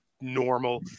normal